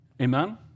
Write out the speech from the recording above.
Amen